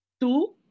tu